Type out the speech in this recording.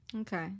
okay